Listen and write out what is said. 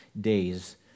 days